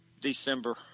December